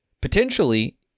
potentially